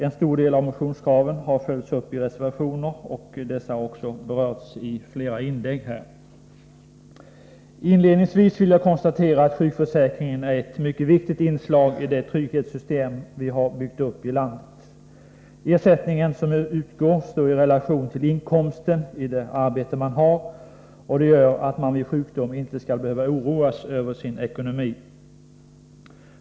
En del av motionskraven har följts upp i reservationer, och dessa har berörts i flera inlägg. Inledningsvis vill jag konstatera att sjukförsäkringen är ett viktigt inslag i det trygghetssystem vi har byggt upp i landet. Den ersättning som utgår står i relation till inkomsten av det arbete man har, och det gör att man vid sjukdom inte skall behöva oroas över sin ekonomi.